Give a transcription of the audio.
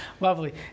lovely